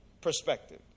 perspective